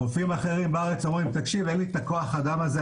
בחופים אחרים בארץ אומרים: אין לי את כוח האדם הזה,